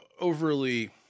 overly